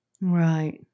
Right